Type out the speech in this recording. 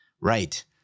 right